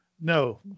no